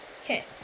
Okay